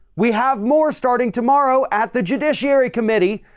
we have more starting tomorrow at the judiciary committee,